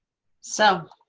so